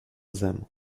them